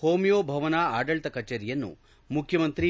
homeo Bhavan ಆಡಳಿತ ಕಚೇರಿಯನ್ನು ಮುಖ್ಣಮಂತ್ರಿ ಬಿ